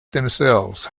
themselves